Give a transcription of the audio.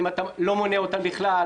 האם אתה לא מונה אותן בכלל,